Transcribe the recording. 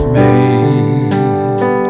made